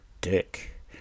dick